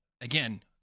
again